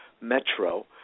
Metro